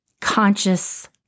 conscious